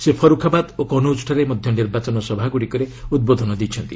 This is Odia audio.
ସେ ଫର୍ଖବାଦ୍ ଓ କନଉଜ୍ଠାରେ ମଧ୍ୟ ନିର୍ବାଚନ ସଭାଗୁଡ଼ିକରେ ଉଦ୍ବୋଧନ ଦେଇଛନ୍ତି